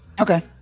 Okay